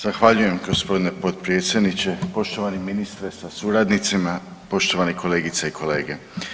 Zahvaljujem g. potpredsjedniče, poštovani ministre sa suradnicima, poštovane kolegice i kolege.